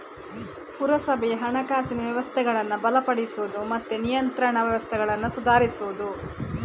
ಪುರಸಭೆಯ ಹಣಕಾಸಿನ ವ್ಯವಸ್ಥೆಗಳನ್ನ ಬಲಪಡಿಸುದು ಮತ್ತೆ ನಿಯಂತ್ರಣ ವ್ಯವಸ್ಥೆಗಳನ್ನ ಸುಧಾರಿಸುದು